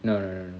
no no no no